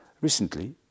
Recently